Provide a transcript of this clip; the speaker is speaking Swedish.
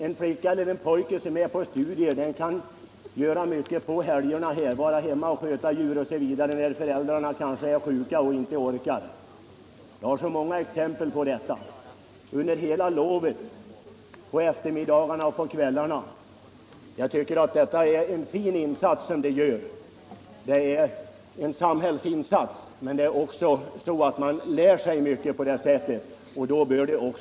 En pojke eller flicka som studerar kan under helgerna göra mycket i hemmet genom att sköta djuren osv., när föräldrarna är sjuka och inte orkar arbeta. Jag har sett många exempel på det. De kan under eftermiddagar och kvällar samt under hela lovet göra mycket goda insatser. Därmed gör de också en samhällsinsats, samtidigt som de själva lär sig mycket. Då bör de också självklart ha denna rätt!